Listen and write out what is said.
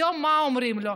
היום, מה אומרים לו?